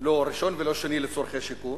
לא ראשון ולא שני, לצורכי שיכון.